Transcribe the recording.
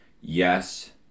yes